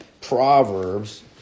Proverbs